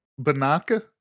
Banaka